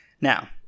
Now